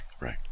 Right